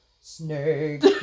Snake